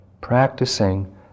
Practicing